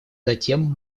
затем